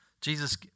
Jesus